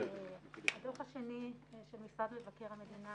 הדוח השני של משרד מבקר המדינה